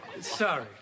Sorry